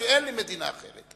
כי אין לי מדינה אחרת.